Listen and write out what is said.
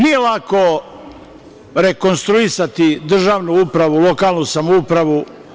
Nije lako rekonstruisati državnu upravu, lokalnu samoupravu.